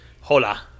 hola